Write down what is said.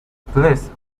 pleased